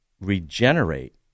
regenerate